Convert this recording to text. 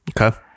Okay